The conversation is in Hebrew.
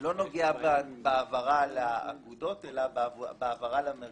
לא נוגע בהעברה לאגודות, אלא בהעברה למרכזים.